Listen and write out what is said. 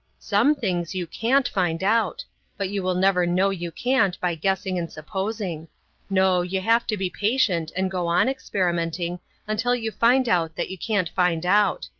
some things you can't find out but you will never know you can't by guessing and supposing no, you have to be patient and go on experimenting until you find out that you can't find out.